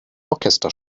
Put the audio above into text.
orchester